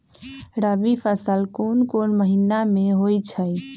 रबी फसल कोंन कोंन महिना में होइ छइ?